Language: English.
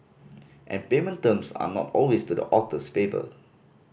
and payment terms are not always to the author's favour